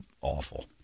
awful